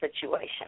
situation